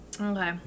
Okay